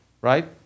right